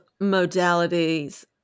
modalities